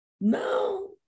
No